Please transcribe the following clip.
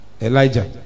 Elijah